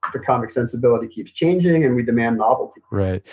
the comic sensibility keeps changing and we demand novelty right.